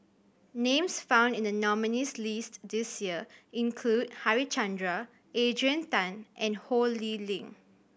names found in the nominees' list this year include Harichandra Adrian Tan and Ho Lee Ling